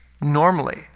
normally